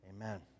Amen